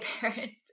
parents